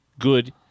good